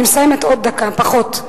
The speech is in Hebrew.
אני מסיימת בעוד דקה, פחות.